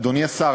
אדוני השר,